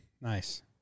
Nice